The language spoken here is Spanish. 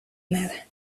nada